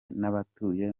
n’abatuye